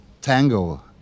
tango